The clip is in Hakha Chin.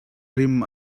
rim